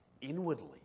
inwardly